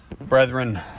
Brethren